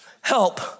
help